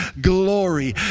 glory